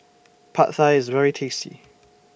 Pad Thai IS very tasty